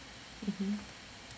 mmhmm